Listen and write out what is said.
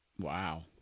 Wow